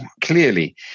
clearly